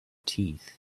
teeth